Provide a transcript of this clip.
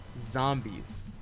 zombies